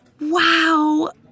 Wow